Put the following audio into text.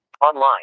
Online